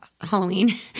Halloween